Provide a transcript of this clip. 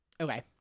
Okay